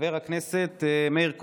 חבר הכנסת מאיר כהן.